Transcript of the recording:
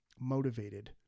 motivated